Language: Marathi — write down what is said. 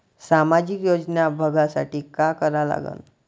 सामाजिक योजना बघासाठी का करा लागन?